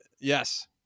Yes